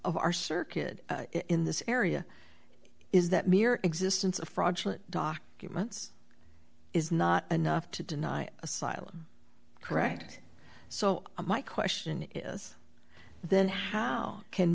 of our circuit in this area is that mere existence of fraudulent documents is not enough to deny asylum correct so my question is then how can